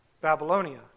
Babylonia